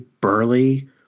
burly